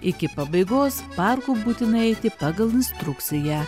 iki pabaigos parku būtina eiti pagal instrukciją